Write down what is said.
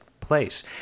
place